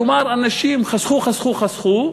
כלומר, אנשים חסכו, חסכו, חסכו,